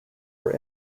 were